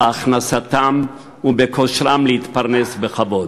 בהכנסתם ובכושרם להתפרסם בכבוד.